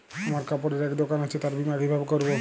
আমার কাপড়ের এক দোকান আছে তার বীমা কিভাবে করবো?